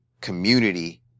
community